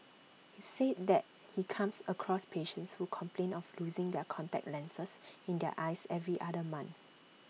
he said that he comes across patients who complain of losing their contact lenses in their eyes every other month